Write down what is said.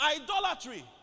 Idolatry